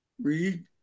read